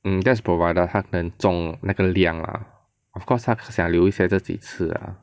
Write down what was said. mm that is provide 他能种那个量 lah of course 他想留一些自己吃 lah